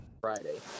friday